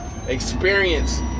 experience